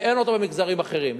אין דבר כזה במגזרים האחרים.